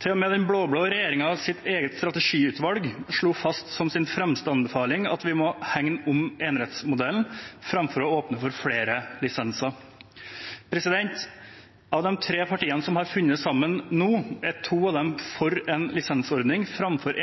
Til og med den blå-blå regjeringens eget strategiutvalg slo fast som sin fremste anbefaling at vi må hegne om enerettsmodellen framfor å åpne for flere lisenser. Av de tre partiene som har funnet sammen nå, er to av dem for en lisensordning framfor